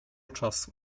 czasu